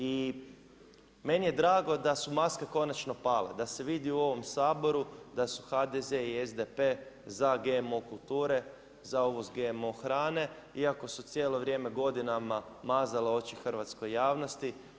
I meni je drago da su maske konačno pale, da se vidi u ovom Saboru da su HDZ i SDP za GMO kulture, za uvoz GMO hrane iako su cijelo vrijeme godinama mazale oči hrvatskoj javnosti.